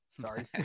sorry